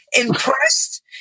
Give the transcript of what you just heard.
Impressed